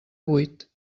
buit